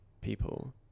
people